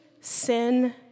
sin